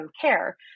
care